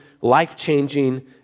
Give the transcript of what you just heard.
life-changing